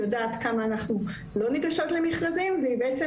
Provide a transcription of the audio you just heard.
היא יודעת כמה אנחנו לא ניגשות למכרזים והיא בעצם